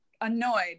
annoyed